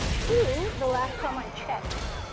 two, the last time i checked.